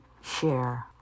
share